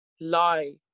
lie